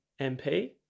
MP